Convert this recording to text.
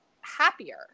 happier